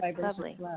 lovely